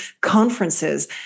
conferences